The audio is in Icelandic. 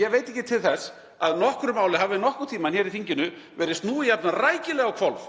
Ég veit ekki til þess að nokkru máli hér í þinginu hafi nokkurn tímann verið snúið jafn rækilega á hvolf